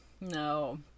No